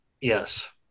Yes